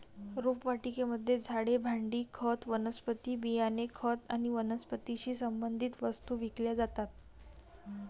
रोपवाटिकेमध्ये झाडे, भांडी, खत, वनस्पती बियाणे, खत आणि वनस्पतीशी संबंधित वस्तू विकल्या जातात